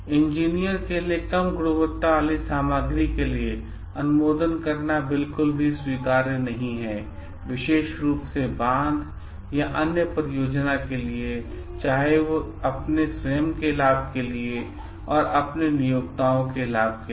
engineer के लिए कम गुणवत्ता वाली सामग्री के लिए अनुमोदन करना बिल्कुल भी स्वीकार्य नहीं है विशेष रूप से बांध या अन्य परियोजना के लिए चाहे अपने स्वयं के लाभ के लिए और अपने नियोक्ताओं के लाभ के लिए